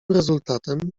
rezultatem